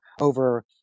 over